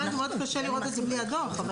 קשה לראות את זה בלי הדוח.